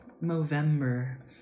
November